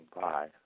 Bye